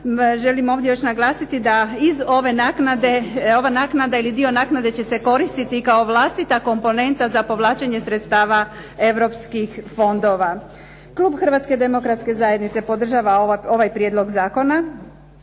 Želim ovdje još naglasiti da iz ove naknade, ova naknada ili dio naknade će se koristiti kao vlastita komponenta za povlačenje sredstava europskih fondova. Klub Hrvatske demokratske zajednice podržava ovaj prijedlog zakona